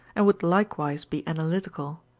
and would likewise be analytical.